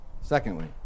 Secondly